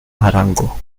arango